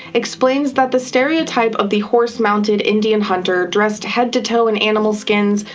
explains that the stereotype of the horse-mounted indian hunter dressed head to toe in animal skins,